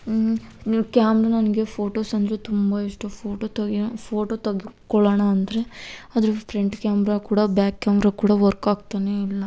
ನೀವು ಕ್ಯಾಮ್ರ ನನಗೆ ಫೋಟೋಸ್ ಅಂದರೆ ತುಂಬ ಇಷ್ಟ ಫೋಟೋ ತೆಗಿ ಫೋಟೋ ತೆಗ್ದ್ಕೊಳ್ಳೋಣ ಅಂದರೆ ಅದರ ಫ್ರಂಟ್ ಕ್ಯಾಮ್ರ ಕೂಡ ಬ್ಯಾಕ್ ಕ್ಯಾಮ್ರ ಕೂಡ ವರ್ಕ್ ಆಗ್ತಾನೆ ಇಲ್ಲ